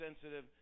sensitive